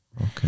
Okay